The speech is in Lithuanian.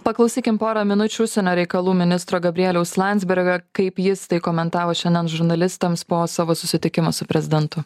paklausykim porą minučių užsienio reikalų ministro gabrieliaus landsbergio kaip jis tai komentavo šiandien žurnalistams po savo susitikimo su prezidentu